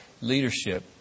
leadership